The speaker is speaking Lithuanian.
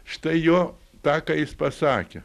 štai jo tą ką jis pasakė